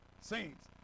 saints